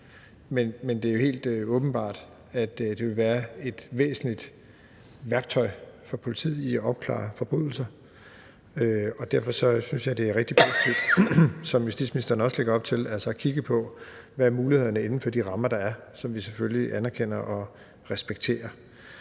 Men det er jo helt åbenbart, at det vil være et væsentligt værktøj for politiet i forbindelse med opklaring af forbrydelser, og derfor synes jeg, det er rigtig positivt at kigge på, hvilket justitsministeren også lægger op til, hvad mulighederne er inden for de rammer, der er – som vi selvfølgelig anerkender og respekterer.